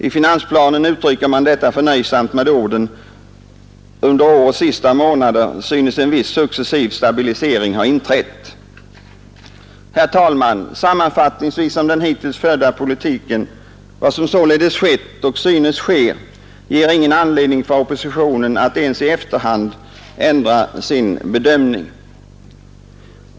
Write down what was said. I finansplanen uttrycker man detta förnöjsamt med orden: ”Under årets sista månader synes en viss successiv stabilisering ha inträtt.” Herr talman! Sammanfattningsvis om den hittills förda politiken: Vad som således skett och synes ske ger ingen anledning för oppositionen att ens i efterhand ändra sin bedömning.